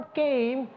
came